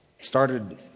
started